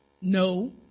no